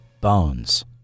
Bones